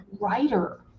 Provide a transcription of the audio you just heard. writer